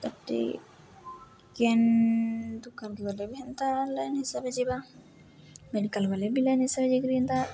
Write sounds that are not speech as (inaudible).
(unintelligible) କେନ୍ ଦୁକାନକୁ ଗଲେ ବି ହେନ୍ତା ଲାଇନ୍ ହିସାବେ ଯିବା ମେଡ଼ିକାଲ୍ ଗଲେ ବି ଲାଇନ୍ ହିସାବେ ଯାଇ କରି ଏନ୍ତା